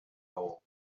goal